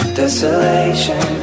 desolation